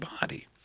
body